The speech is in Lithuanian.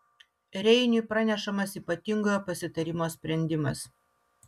reiniui pranešamas ypatingojo pasitarimo sprendimas